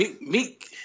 Meek